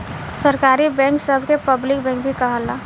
सरकारी बैंक सभ के पब्लिक बैंक भी कहाला